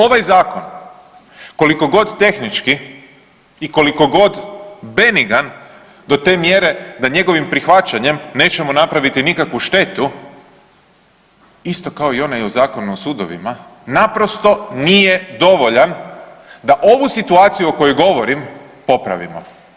Ovaj Zakon koliko god tehnički i koliko god benigan do te mjere da njegovim prihvaćanjem nećemo napraviti nikakvu štetu isto kao i onaj Zakon o sudovima naprosto nije dovoljan da ovu situaciju o kojoj govorim popravimo.